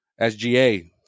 SGA